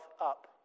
up